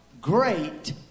great